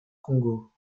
congo